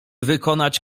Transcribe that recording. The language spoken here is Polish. wykonać